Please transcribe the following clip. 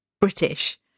British